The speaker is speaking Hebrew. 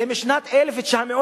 זה משנת 1979,